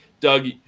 Doug